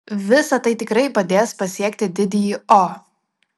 visa tai tikrai padės pasiekti didįjį o